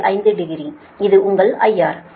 5 degree இது உங்கள் IR